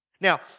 Now